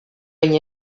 behin